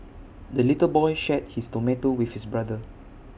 the little boy shared his tomato with his brother